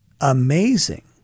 amazing